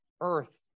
earth